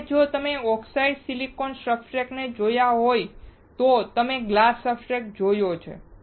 હવે જો તમે ઓક્સિડાઇઝ્ડ સિલિકોન સબસ્ટ્રેટને જોયો હોય જો તમે ગ્લાસ સબસ્ટ્રેટ જોયો હોય